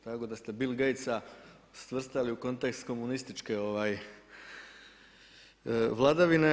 Tako da ste Bill Gatesa svrstali u kontekst komunističke vladavine.